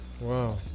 Wow